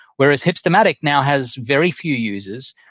whereas hipstamatic now has very few users.